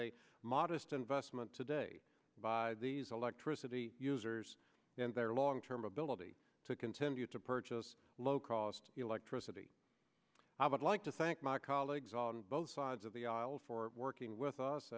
a modest investment today by these electricity users and their long term ability to continue to purchase low cost electricity i would like to thank my colleagues on both sides of the aisle for working with us